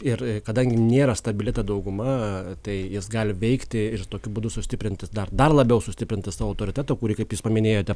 ir kadangi nėra stabili ta dauguma tai jis gali veikti ir tokiu būdu sustiprinti dar dar labiau sustiprint tą savo autoritetą kurį kaip jūs paminėjote